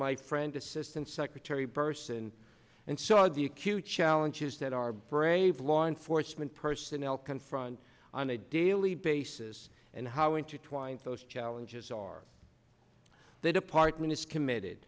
my friend assistant secretary burson and saw the acute challenges that our brave law enforcement personnel confront on a daily basis and how intertwined those challenges are the department is committed